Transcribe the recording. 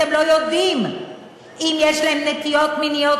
אתם לא יודעים אם יש להם נטיות מיניות